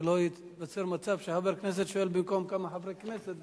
שלא ייווצר מצב שחבר כנסת שואל במקום כמה חברי כנסת,